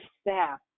staff